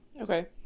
Okay